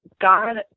God